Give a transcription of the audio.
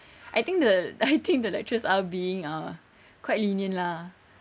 I think the I think the lecturers are being uh quite lenient lah